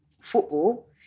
football